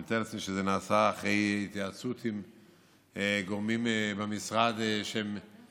אני מתאר לעצמי שזה נעשה אחרי התייעצות עם גורמים במשרד שמתעסקים,